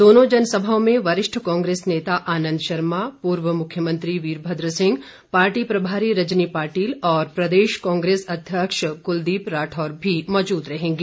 दोनों जनसभाओं में वरिष्ठ कांग्रेस नेता आनंद शर्मा पूर्व मुख्यमंत्री वीरभद्र सिंह पार्टी प्रभारी रजनी पाटिल और प्रदेश कांग्रेस अध्यक्ष कुलदीप राठौर भी मौजूद रहेंगे